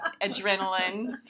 Adrenaline